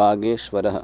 बागेश्वरः